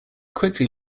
quickly